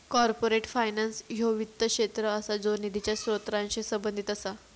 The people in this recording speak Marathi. कॉर्पोरेट फायनान्स ह्यो वित्त क्षेत्र असा ज्यो निधीच्या स्त्रोतांशी संबंधित असा